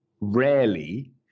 rarely